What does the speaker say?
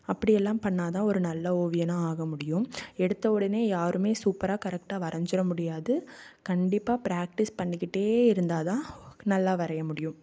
அப்படியெல்லாம் பண்ணா தான் ஒரு நல்ல ஓவியனாக ஆக முடியும் எடுத்த உடனே யாருமே சூப்பராக கரெக்டாக வரைஞ்சிட முடியாது கண்டிப்பாக பிராக்டீஸ் பண்ணிகிட்டே இருந்தா தான் நல்லா வரைய முடியும்